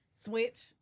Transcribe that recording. switch